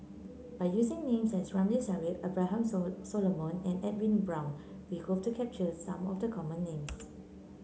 by using names such as Ramli Sarip Abraham so Solomon and Edwin Brown we hope to capture some of the common names